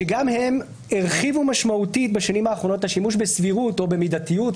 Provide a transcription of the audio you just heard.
שגם הן הרחיבו משמעותית בשנים האחרונות את השימוש בסבירות או במידתיות,